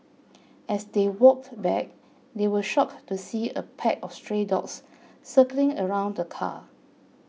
as they walked back they were shocked to see a pack of stray dogs circling around the car